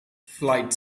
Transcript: flight